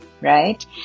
right